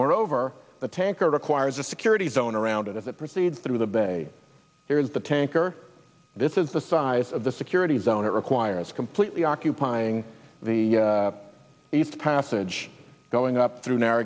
moreover the tanker requires a security zone around it as it proceeds through the bay there is the tanker this is the size of the security zone it requires completely occupying the east passage going up through n